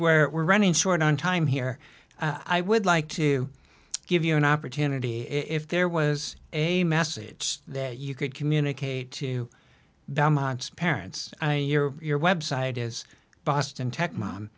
where we're running short on time here i would like to give you an opportunity if there was a message that you could communicate to the parents your website is boston tech mom